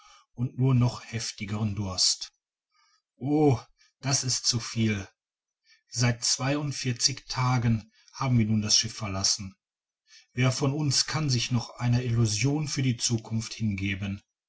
und nur noch heftigeren durst o das ist zu viel seit zweiundvierzig tagen haben wir nun das schiff verlassen wer von uns kann sich noch einer illusion für die zukunft hingeben